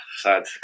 sad